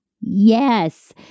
Yes